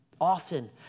often